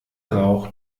rauch